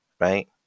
Right